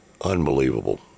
unbelievable